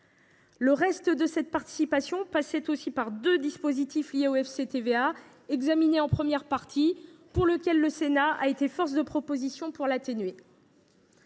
Le reste de cette participation passait par deux dispositifs liés au FCTVA, examinés en première partie. À cet égard, le Sénat a été force de proposition en souhaitant